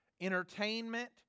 entertainment